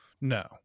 no